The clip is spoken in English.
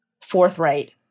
forthright